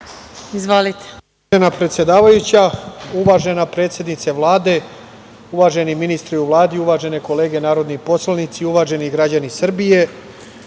Izvolite.